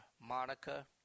Monica